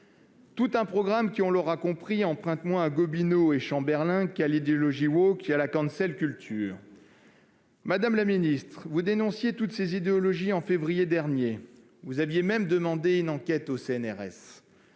Tout un programme qui, on l'aura compris, emprunte moins à Gobineau et Chamberlain qu'à l'idéologie et à la. Madame la ministre, vous dénonciez toutes ces idéologies en février dernier. Vous aviez même demandé une enquête au CNRS.